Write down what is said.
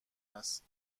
است